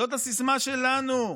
זאת הסיסמה שלנו,